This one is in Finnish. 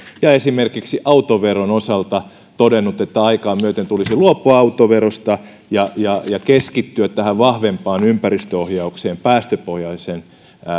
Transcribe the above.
ja esimerkiksi autoveron osalta todennut että aikaa myöten tulisi luopua autoverosta ja ja keskittyä tähän vahvempaan ympäristöohjaukseen päästöpohjaisen